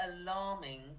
alarming